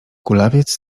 kulawiec